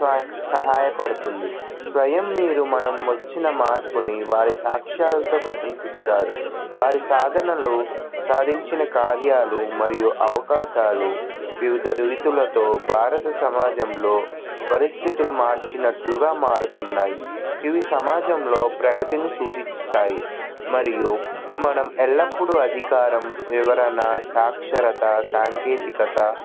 స్వ సహాయపడుతుంది స్వయం మీరు మనం వచ్చిన మార్పుని వారి సాక్షాలతో ప్రశంసిస్తారు వారి సాధనలో సాధించిన కార్యాలు మరియు అవకాశాలు వివిధ రీతులతో భారత సమాజంలో పరిస్థితులు మార్చినట్లుగా మారుతున్నాయి ఇవి సమాజంలో ప్రగతిని సూచిస్తాయి మరియు మనం ఎల్లప్పుడూ అధికారం వివరణ సాక్షరత సాంకేతికత